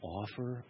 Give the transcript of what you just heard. offer